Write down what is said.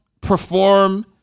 perform